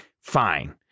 fine